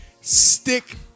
stick